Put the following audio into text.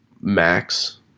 max